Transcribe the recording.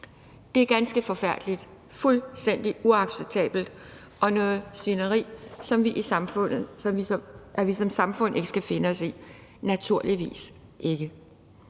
Det er ganske forfærdeligt, fuldstændig uacceptabelt og noget svineri, som vi som samfund ikke skal finde os i – naturligvis ikke.